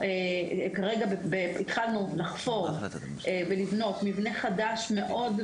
כרגע התחלנו לחפור ולבנות מבנה חדש מאוד,